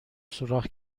سوراخ